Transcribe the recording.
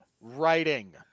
writing